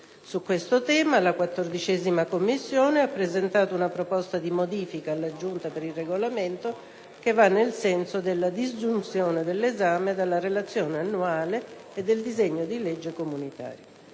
Su questo tema la 14a Commissione ha presentato una proposta di modifica alla Giunta per il Regolamento che va nel senso della disgiunzione dell'esame della Relazione annuale e del disegno di legge comunitaria.